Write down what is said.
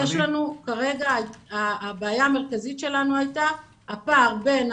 כרגע הבעיה המרכזית שלנו הייתה הפער בין